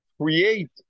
create